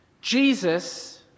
Jesus